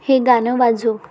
हे गाणं वाजव